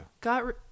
got